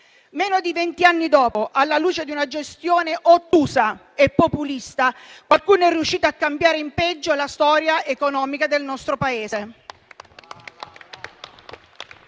Meno di vent'anni dopo, alla luce di una gestione ottusa e populista, qualcuno è riuscito a cambiare in peggio la storia economica del nostro Paese.